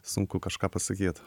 sunku kažką pasakyt